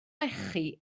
lechi